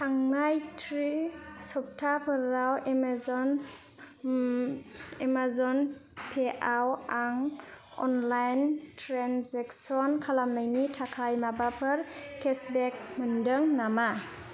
थांनाय थ्रि सफ्थाफोराव एमाजन पेआव आं अनलाइन ट्रेन्जेकसन खालामनायनि थाखाय माबाफोर केसबेक मोन्दों नामा